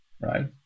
right